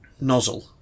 nozzle